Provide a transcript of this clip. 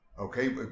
Okay